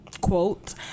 Quote